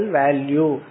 value